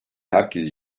herkes